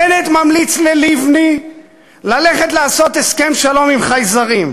בנט ממליץ ללבני ללכת לעשות הסכם שלום עם חייזרים,